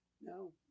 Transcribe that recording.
No